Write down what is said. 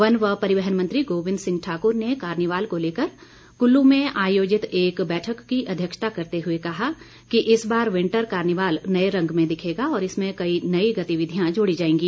one व परिवहन मंत्री गोविंद सिंह ठाकुर ने कार्निवल को लेकर कुल्लू में आयोजित एक बैठक की अध्यक्षता करते हुए कहा कि इस बार विंटर कार्निवल नए रंग में दिखेगा और इसमें कई नई गतिविधियां जोड़ी जाएगी